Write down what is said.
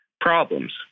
problems